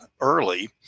early